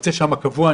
מרצה שם קבוע.